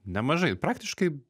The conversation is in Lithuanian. nemažai praktiškai